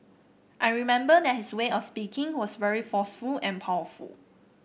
I remember that his way of speaking was very forceful and powerful